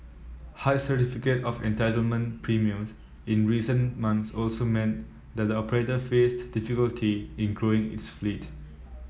high certificate of entitlement premiums in recent months also meant that the operator faced difficulty in growing its fleet